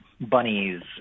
bunnies